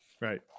Right